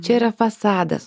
čia yra fasadas